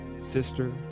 sister